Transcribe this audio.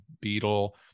beetle